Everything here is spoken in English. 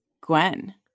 Gwen